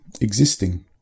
existing